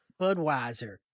Budweiser